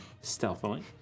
Stealthily